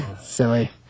Silly